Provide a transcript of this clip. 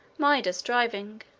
midas driving.